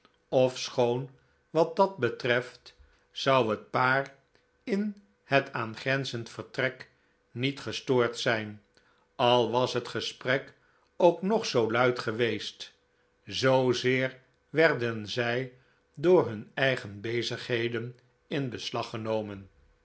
ofschoon wat dat betreft zou het paar in het aangrenzend vertrek niet gestoord zijn al was het gesprek ook nog zoo luid geweest zoozeer werden zij door hun eigen bezigheden in beslag genomen